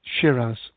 Shiraz